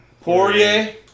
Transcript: Poirier